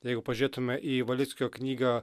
jeigu pažiūrėtume į valickio knygą